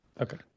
Okay